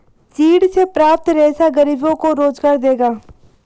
चीड़ से प्राप्त रेशा गरीबों को रोजगार देगा